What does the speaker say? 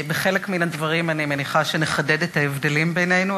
בחלק מן הדברים אני מניחה שנחדד את ההבדלים בינינו,